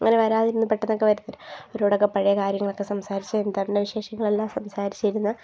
അങ്ങനെ വരാതിരുന്ന് പെട്ടെന്നൊക്കെ വരത്തില്ലേ അവരോടൊക്കെ പഴയ കാര്യങ്ങളൊക്കെ സംസാരിച്ച് എന്തരെല്ലാം വിശേഷങ്ങളെല്ലാം സംസാരിച്ചിരുന്ന്